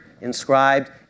inscribed